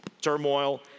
turmoil